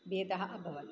भेदाः अभवत्